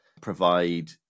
provide